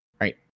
Right